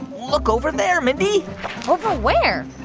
look over there, mindy over where?